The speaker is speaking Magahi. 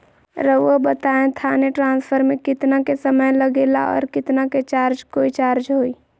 रहुआ बताएं थाने ट्रांसफर में कितना के समय लेगेला और कितना के चार्ज कोई चार्ज होई?